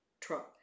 Trump